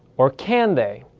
or can they?